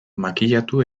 makillatu